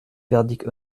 verdict